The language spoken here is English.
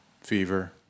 Fever